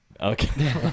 okay